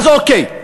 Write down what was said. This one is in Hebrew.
אז אוקיי,